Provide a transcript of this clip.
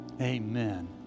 amen